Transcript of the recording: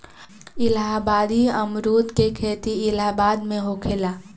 इलाहाबादी अमरुद के खेती इलाहाबाद में होखेला